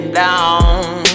down